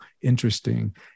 interesting